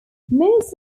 most